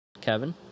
kevin